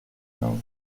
quinze